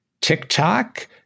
TikTok